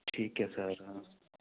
ਠੀਕ ਐ ਸਰ